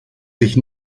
sich